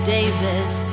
Davis